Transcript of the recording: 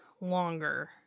longer